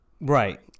Right